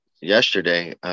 yesterday